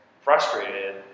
frustrated